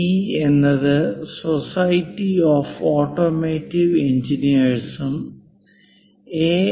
E എന്നത് society of automotive engineers A